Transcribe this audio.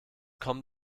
komm